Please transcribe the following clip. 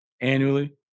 annually